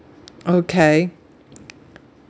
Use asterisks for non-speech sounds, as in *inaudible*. okay *noise*